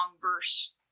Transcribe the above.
verse